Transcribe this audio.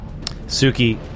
Suki